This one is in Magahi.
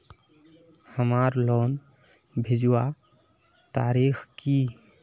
हमार लोन भेजुआ तारीख की?